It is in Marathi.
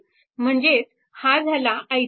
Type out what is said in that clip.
म्हणजेच हा झाला i3